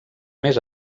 més